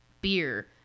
beer